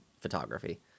photography